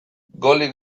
golik